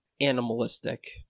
animalistic